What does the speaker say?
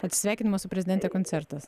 atsisveikinimo su prezidente koncertas